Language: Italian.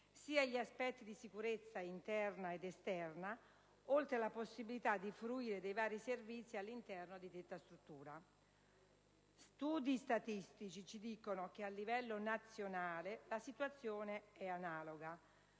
sia gli aspetti di sicurezza interna ed esterna, oltre alla possibilità di fruire dei vari servizi all'interno di detta struttura. Studi statistici evidenziano che, a livello nazionale, la situazione è analoga.